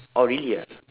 oh really ah